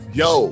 yo